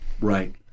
Right